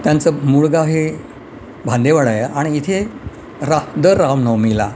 त्यांचं मूळ गाव हे भांदेवाडा आहे आणि इथे राम दर रामनवमीला